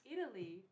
Italy